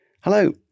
Hello